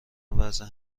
وضع